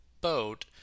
boat